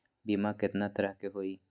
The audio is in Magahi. बीमा केतना तरह के होइ?